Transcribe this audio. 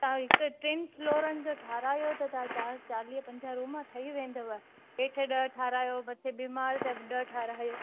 ता हिकु टिन फ्लोरनि जो ठारायो त तव्हां चा चालीह पंजाहु रूम ठही वेंदव हेठि ॾह ठाहिरायो मथे ॿिए माड़े ते ॾह ठाहिरायो